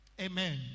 Amen